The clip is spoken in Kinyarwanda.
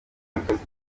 ubwonko